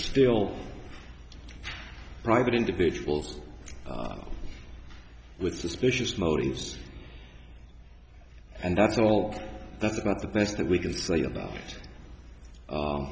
still private individuals with suspicious motives and that's all that's about the best that we can say about